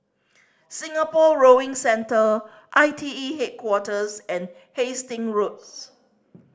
Singapore Rowing Centre I T E Headquarters and Hastings Roads